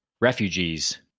refugees